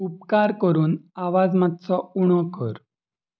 उपकार करून आवाज मातसो उणो कर